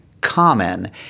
Common